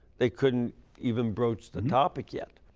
they couldn't even brochure the topic yet.